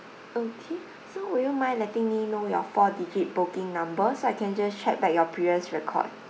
okay so would you mind letting me know your four digit booking number so I can just check back your previous record